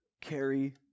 carry